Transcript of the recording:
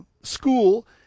school